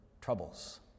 troubles